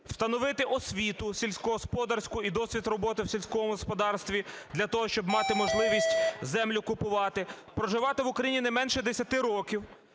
встановити освіту сільськогосподарську і досвід роботи в сільському господарстві для того, щоб мати можливість землю купувати; проживати в Україні не менше 10 років;